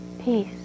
peace